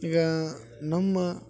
ಈಗ ನಮ್ಮ